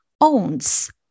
owns